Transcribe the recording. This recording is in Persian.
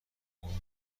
اون